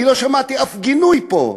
אני לא שמעתי אף גינוי פה,